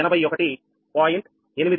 89